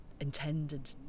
intended